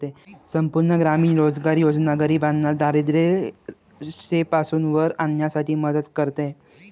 संपूर्ण ग्रामीण रोजगार योजना गरिबांना दारिद्ररेषेपासून वर आणण्यासाठी मदत करते